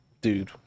dude